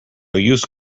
use